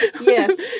Yes